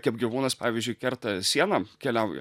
kaip gyvūnas pavyzdžiui kerta sieną keliauja